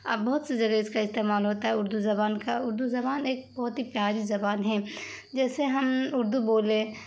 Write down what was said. بہت سی جگہ اس کا استعمال ہوتا ہے اردو زبان کا اردو زبان ایک بہت ہی پیاری زبان ہے جیسے ہم اردو بولیں